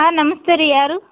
ಹಾಂ ನಮಸ್ತೆ ರೀ ಯಾರು